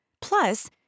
plus